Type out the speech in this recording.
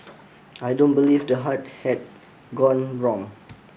I don't believe the heart had gone wrong